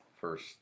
first